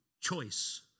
choice